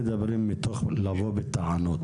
המטרה שלנו אינה לבוא בטענות,